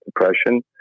depression